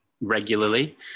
regularly